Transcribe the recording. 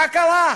מה קרה?